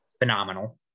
phenomenal